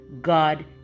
God